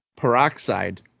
peroxide